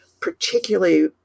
particularly